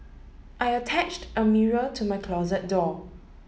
I attached a mirror to my closet door